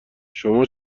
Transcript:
شما